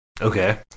Okay